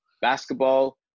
basketball